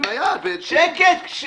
את ההתניה ואת --- שקט.